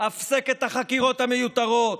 הפסק את החקירות המיותרות.